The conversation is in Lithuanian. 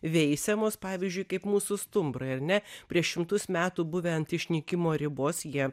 veisiamos pavyzdžiui kaip mūsų stumbrai ar ne prieš šimtus metų buvę ant išnykimo ribos jie